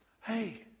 Hey